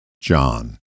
John